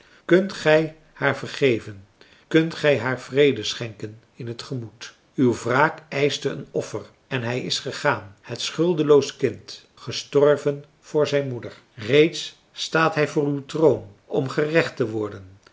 kunt gij haar vergeven kunt gij haar vrede schenken in het gemoed uw wraak eischte een offer en hij is gegaan het schuldeloos kind gestorven voor zijn moeder reeds staat hij voor uw troon om gerecht te worden